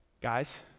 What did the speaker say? Guys